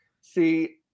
See